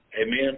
Amen